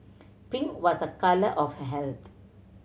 pink was a colour of health